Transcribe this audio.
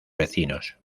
vecinos